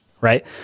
right